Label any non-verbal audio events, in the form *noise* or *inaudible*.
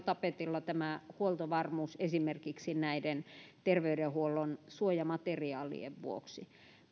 *unintelligible* tapetilla tämä huoltovarmuus esimerkiksi näiden terveydenhuollon suojamateriaalien vuoksi